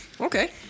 Okay